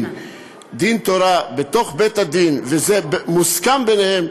תורה בתוך בית-הדין וזה מוסכם ביניהם,